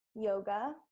Yoga